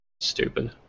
stupid